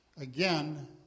Again